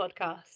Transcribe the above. podcast